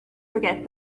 forget